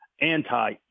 anti